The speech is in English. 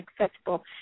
accessible